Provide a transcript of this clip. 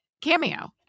cameo